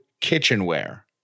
kitchenware